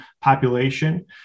population